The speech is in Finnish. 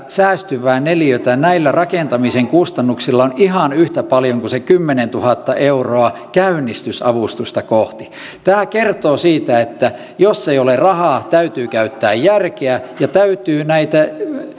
säästyvää neliötä näillä rakentamisen kustannuksilla on ihan yhtä paljon kuin se kymmenentuhatta euroa käynnistysavustusta tämä kertoo siitä että jos ei ole rahaa täytyy käyttää järkeä ja täytyy näitä